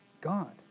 God